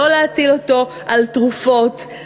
לא להטיל אותו על תרופות,